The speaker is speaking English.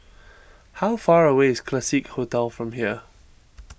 how far away is Classique Hotel from here